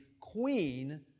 queen